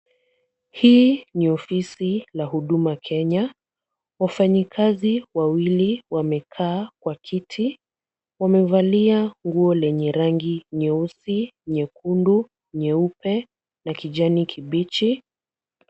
Hii ni ofisi la Huduma Kenya. Wafanyikazi wawili wamekaa kwa kiti, wamevalia nguo lenye rangi nyeusi, nyekundu nyeupe na kijani kibichi.